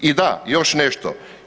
I da, još nešto.